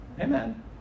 Amen